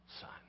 son